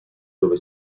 dove